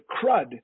crud